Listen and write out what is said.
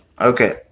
Okay